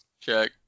check